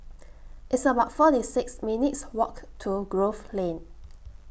It's about forty six minutes' Walk to Grove Lane